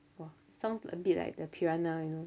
!wah! sounds a bit like the piranha you know